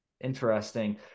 Interesting